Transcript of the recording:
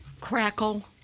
Crackle